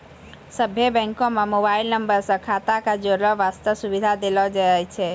सभ्भे बैंको म मोबाइल नम्बर से खाता क जोड़ै बास्ते सुविधा देलो जाय छै